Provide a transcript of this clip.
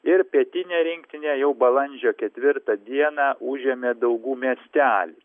ir pietinė rinktinė jau balandžio ketvirtą dieną užėmė daugų miestelį